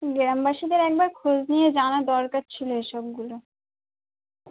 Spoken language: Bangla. গ্রামবাসীদের একবার খোঁজ নিয়ে জানা দরকার ছিলো এসবগুলো